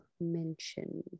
mention